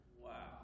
Wow